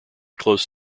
close